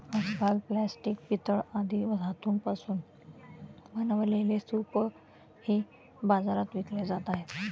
आजकाल प्लास्टिक, पितळ आदी धातूंपासून बनवलेले सूपही बाजारात विकले जात आहेत